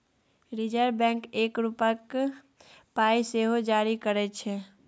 reserve bank एक रुपाक पाइ सेहो जारी करय छै